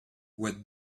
what